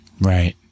Right